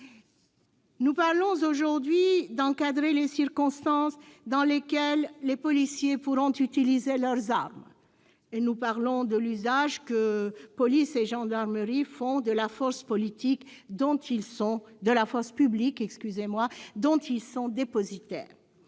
Nous parlons aujourd'hui d'encadrer les circonstances dans lesquelles les policiers pourront utiliser leurs armes et de l'usage que police et gendarmerie font de la force publique dont ils sont dépositaires.